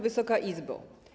Wysoka Izbo!